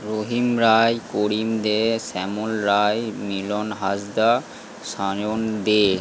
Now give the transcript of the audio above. রহিম Roy Karim Dey Shyamal Roy Milan Hansda Sayan দে